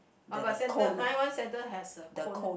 uh but centre mine one centre has a cone